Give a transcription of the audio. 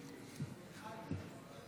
39, 50